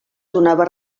donava